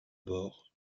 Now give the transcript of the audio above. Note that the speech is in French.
bore